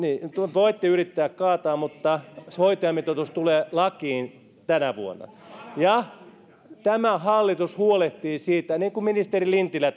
voitte yrittää kaataa mutta hoitajamitoitus tulee lakiin tänä vuonna ja tämä hallitus huolehtii siitä niin kuin ministeri lintilä